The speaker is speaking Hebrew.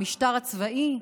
למשטר הצבאי?